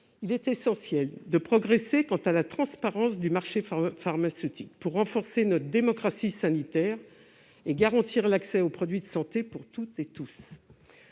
il est essentiel de progresser sur la question de la transparence du marché pharmaceutique, en vue de renforcer notre démocratie sanitaire et de garantir l'accès aux produits de santé pour toutes et tous.